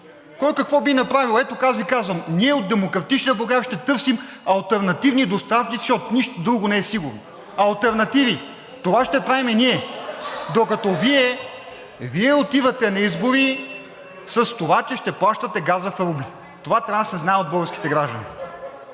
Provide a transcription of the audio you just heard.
кой какво би направил. Ето, аз Ви казвам – ние от „Демократична България“ ще търсим алтернативни доставки, защото нищо друго не е сигурно. Алтернативи – това ще правим ние! (Реплики от ГЕРБ-СДС.) Докато Вие, Вие отивате на избори с това, че ще плащате газа в рубли. Това трябва да се знае от българските граждани.